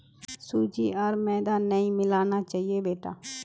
सूजी आर मैदा नई मिलाना चाहिए बेटा